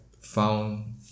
found